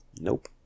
Nope